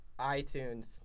iTunes